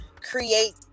create